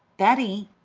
betty?